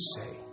say